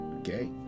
Okay